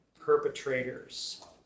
perpetrators